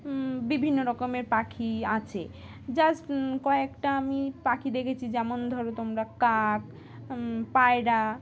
বিভিন্ন রকমের পাখি আছে জাস্ট কয়েকটা আমি পাখি দেখেছি যেমন ধরো তোমরা কাক পায়রা